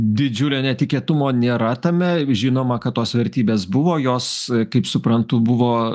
didžiulio netikėtumo nėra tame žinoma kad tos vertybės buvo jos kaip suprantu buvo